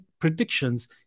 predictions